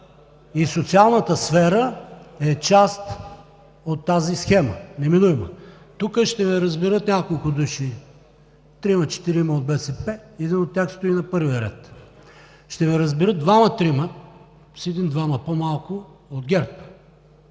и социалната сфера е част от тази схема. Неминуемо. Тук ще ме разберат няколко души – трима-четирима от БСП, един от тях стои на първия ред. Ще ме разберат двама-трима, с един-двама по-малко, от ГЕРБ,